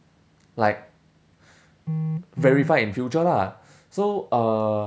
like verify in future lah so uh